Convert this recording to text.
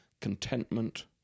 contentment